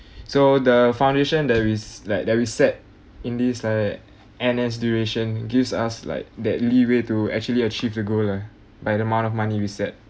so the foundation that is like that we set in this like N_S duration gives us like that leeway to actually achieve the goal lah by the amount of money we set